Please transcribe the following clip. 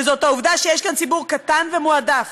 וזאת העובדה שיש כאן ציבור קטן ומועדף